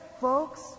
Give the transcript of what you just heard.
folks